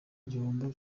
gihombo